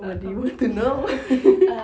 err err